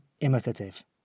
imitative